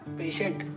patient